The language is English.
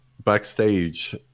Backstage